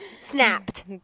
snapped